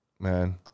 Man